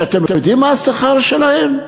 שאתם יודעים מה השכר שלהם?